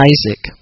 Isaac